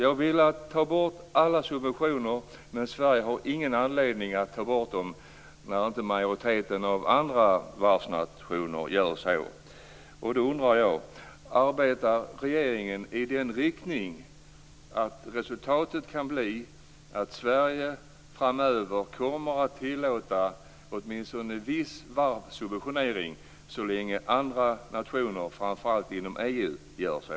Jag vill ta bort alla subventioner, men Sverige har ingen anledning att ta bort dem när majoriteten av andra varvsnationer inte gör det. Jag undrar om regeringen arbetar i en sådan riktning att resultatet kan bli att Sverige framöver kommer att tillåta åtminstone viss varvssubventionering så länge andra nationer, framför allt inom EU, gör så.